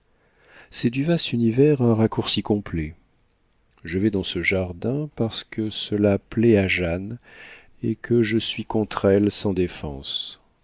c'est du vaste univers un raccourci complet je vais dans ce jardin parce que cela plaît à jeanne et que je suis contre elle sans défense